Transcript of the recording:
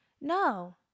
No